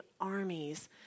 armies